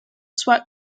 sweat